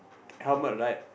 helmet right